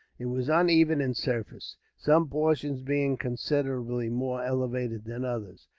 it was uneven in surface, some portions being considerably more elevated than others.